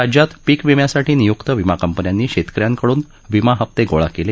राज्यात पीकविम्यासाठी निय्क्त विमा कंपन्यांनी शेतकऱ्यांकडून विमा हप्ते गोळा केले